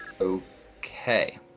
Okay